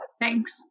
Thanks